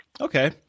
Okay